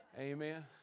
amen